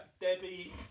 Debbie